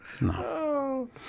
no